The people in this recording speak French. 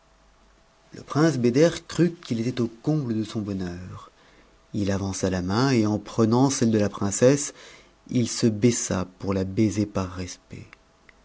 le roi beder crut qu'il était au comble de son bonheur il avança la ma n et en prenant celle de la princesse il se baissa pour la baiser par respect